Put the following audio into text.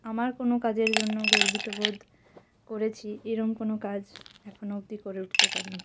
আমার কোনো কাজের জন্য গর্বিত বোধ করেছি এরম কোনো কাজ এখনো অবদি করে উঠতে পারি নি